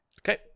Okay